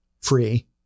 free